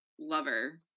Lover